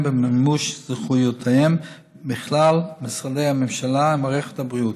במימוש זכויותיהם מכלל משרדי הממשלה ומערכת הבריאות.